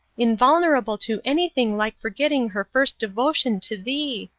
invulnerable to anything like forgetting her first devotion to thee.